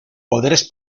poderes